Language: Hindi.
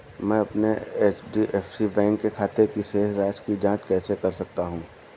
मैं अपने एच.डी.एफ.सी बैंक के खाते की शेष राशि की जाँच कैसे कर सकता हूँ?